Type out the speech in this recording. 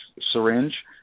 syringe